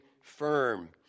firm